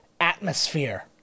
Atmosphere